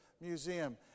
museum